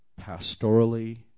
pastorally